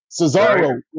Cesaro